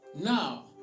now